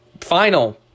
final